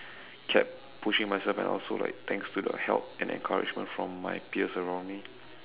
kept pushing myself and also like thanks to the help and encouragement from my peers around me